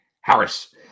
Harris